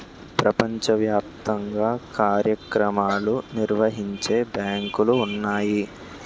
ప్రపంచ వ్యాప్తంగా కార్యక్రమాలు నిర్వహించే బ్యాంకులు ఉన్నాయి